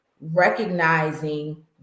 recognizing